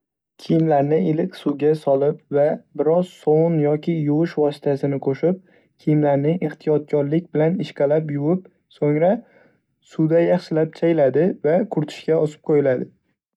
Kiyimlarni iliq suvga solib va biroz sovun yoki yuvish vositasini qo'shib. Kiyimlarni ehtiyotkorlik bilan ishqalab yuvib, so'ngra suvda yaxshilab chayiladi va quritishga osib qo'yiladi.